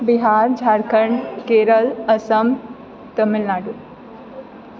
Bihar Jharkhand Kerala Assam Tamil Nadu